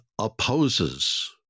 opposes